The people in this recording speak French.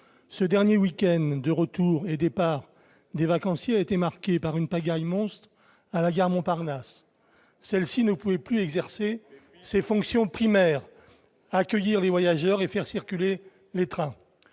ce dernier week-end de retours et départs des vacanciers a été marquée par une pagaille monstre à la gare Montparnasse, celle-ci ne pouvait plus exercer ses fonctions primaires accueillir les voyageurs et faire circuler les trains